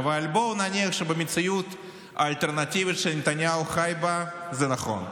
אבל בואו נניח שבמציאות האלטרנטיבית שנתניהו חי בה זה נכון.